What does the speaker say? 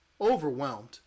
overwhelmed